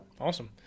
Awesome